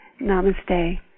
Namaste